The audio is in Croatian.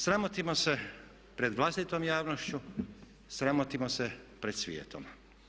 Sramotimo se pred vlastitom javnošću, sramotimo se pred svijetom.